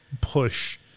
push